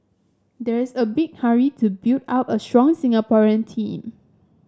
there's a big hurry to build up a strong Singaporean team